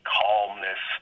calmness